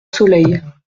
soleil